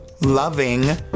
loving